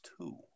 two